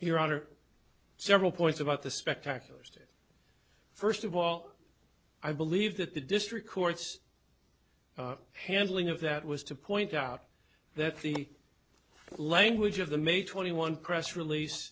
your honor several points about the spectacular stand first of all i believe that the district courts handling of that was to point out that the language of the may twenty one press release